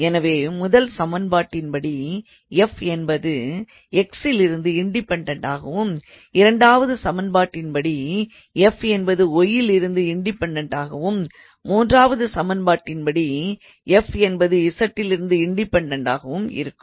எனவே முதல் சமன்பாட்டின்படி f என்பது x லிருந்து இண்டிபென்டண்ட் ஆகவும் இரண்டாவது சமன்பாட்டின்படி f என்பது y யி லிருந்து இண்டிபென்டண்ட் ஆகவும் மூன்றாவது சமன்பாட்டின்படி f என்பது z டிலிருந்து இண்டிபென்டண்ட் ஆகவும் இருக்கும்